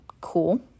cool